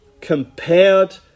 compared